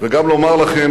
וגם לומר לכם